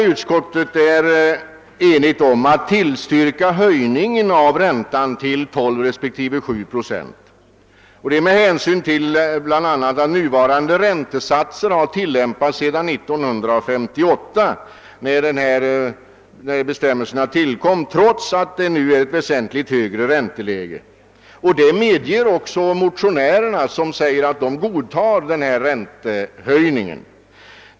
Utskottet är enigt om att tillstyrka höjningen av räntan till 12 resp. 7 procent. Motivet är bl.a. att nuvarande räntesatser har tillämpats sedan 1958, när bestämmelserna tillkom, trots att det allmänna ränteläget nu är väsentligt högre. Detta medger också motionärerna, som godtar denna räntehöjning.